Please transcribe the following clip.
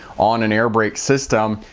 on an airbrake system,